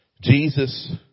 Jesus